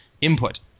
input